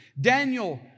Daniel